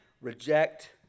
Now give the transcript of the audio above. reject